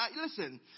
Listen